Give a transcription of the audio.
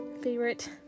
favorite